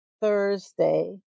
Thursday